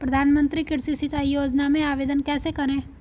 प्रधानमंत्री कृषि सिंचाई योजना में आवेदन कैसे करें?